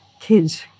kids